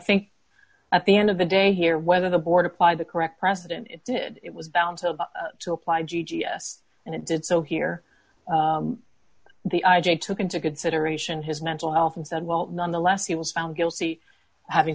think at the end of the day here whether the board applied the correct precedent it did it was bound to apply g g yes and it did so here the i j a took into consideration his mental health and said well nonetheless he was found guilty having